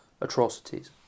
atrocities